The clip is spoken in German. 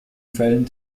fällen